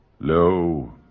lo